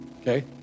Okay